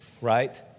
Right